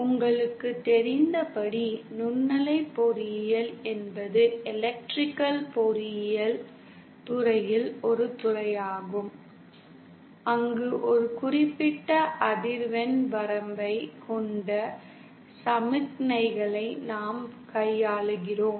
உங்களுக்குத் தெரிந்தபடி நுண்ணலை பொறியியல் என்பது எலக்ட்ரிகல் பொறியியல் துறையில் ஒரு துறையாகும் அங்கு ஒரு குறிப்பிட்ட அதிர்வெண் வரம்பைக் கொண்ட சமிக்ஞைகளை நாம் கையாளுகிறோம்